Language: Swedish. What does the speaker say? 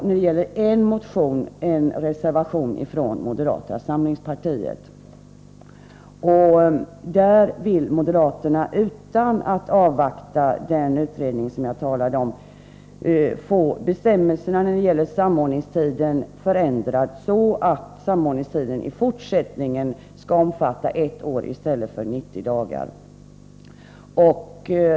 När det gäller en av motionerna finns en reservation från moderata samlingspartiet. Moderaterna vill, utan att avvakta den utredning som jag talade om, få bestämmelserna när det gäller samordningstiden förändrade, så att samordningstiden i fortsättningen skall omfatta ett år i stället för 90 dagar.